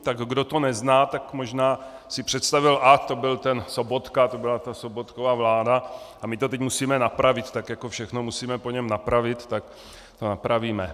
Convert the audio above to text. Tak kdo to nezná, tak možná si představil: to byl ten Sobotka, to byla ta Sobotkova vláda a my to teď musíme napravit, tak jako všechno musíme po něm napravit, tak to napravíme.